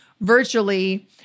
virtually